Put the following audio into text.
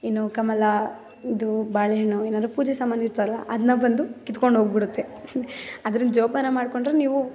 ಇನ್ನು ಕಮಲ ಇದು ಬಾಳೆಹಣ್ಣು ಏನಾದ್ರು ಪೂಜೆ ಸಾಮಾನು ಇರ್ತಾವಲ್ವ ಅದನ್ನ ಬಂದು ಕಿತ್ಕೊಂಡು ಹೋಗ್ಬಿಡುತ್ತೆ ಅದರಿಂದ ಜೋಪಾನ ಮಾಡಿಕೊಂಡ್ರೆ ನೀವು